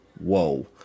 whoa